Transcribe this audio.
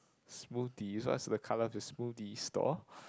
smoothie what's the colour of the smoothie stall